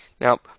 Now